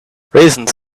raisins